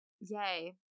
yay